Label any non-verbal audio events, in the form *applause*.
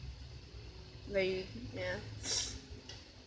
where you ya *breath*